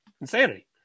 Insanity